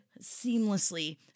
seamlessly